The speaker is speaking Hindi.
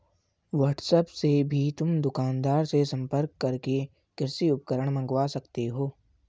व्हाट्सएप से भी तुम दुकानदार से संपर्क करके कृषि उपकरण मँगवा सकते हो